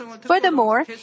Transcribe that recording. Furthermore